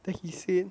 then he said